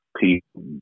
people